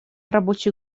рабочей